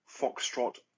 Foxtrot